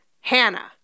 Hannah